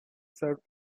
served